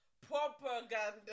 Propaganda